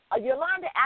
Yolanda